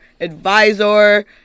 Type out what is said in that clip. advisor